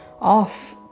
Off